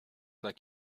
like